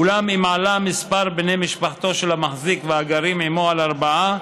אולם אם עלה מספר בני משפחתו של המחזיק והגרים עימו על ארבעה,